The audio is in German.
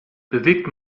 bewegt